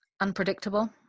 Unpredictable